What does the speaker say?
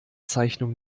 zeichnung